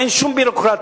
אין שום ביורוקרטיה,